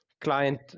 client